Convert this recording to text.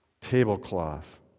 tablecloth